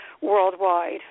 worldwide